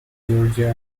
georgia